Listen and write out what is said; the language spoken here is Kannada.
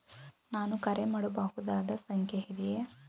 ನಾನು ಕರೆ ಮಾಡಬಹುದಾದ ಸಂಖ್ಯೆ ಇದೆಯೇ?